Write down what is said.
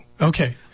okay